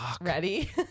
ready